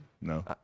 no